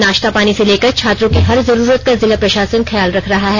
नाश्ता पानी से लेकर छात्रों की हर जरूरत का जिला प्रशासन ख्याल रख रहा था